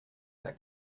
their